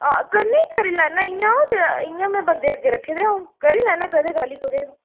हां करने ईं करी लैन्ना इ'यां अ'ऊं ते इ'यां में बंदे अग्गें रक्खे दे हे करी लैन्ना कदें कालें कुतै